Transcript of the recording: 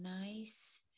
nice